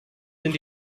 sind